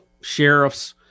sheriffs